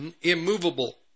immovable